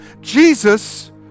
Jesus